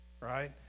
right